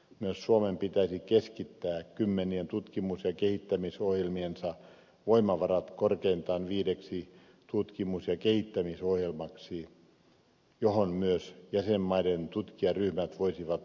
myös suomen pitäisi keskittää kymmenien tutkimus ja kehittämisohjelmiensa voimavarat korkeintaan viideksi tutkimus ja kehittämisohjelmaksi joihin myös jäsenmaiden tutkijaryhmät voisivat osallistua